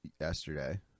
yesterday